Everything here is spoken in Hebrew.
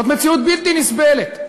זאת מציאות בלתי נסבלת.